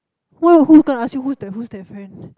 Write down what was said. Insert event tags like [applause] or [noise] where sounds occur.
who who's gonna ask you who's that who's that friend [breath]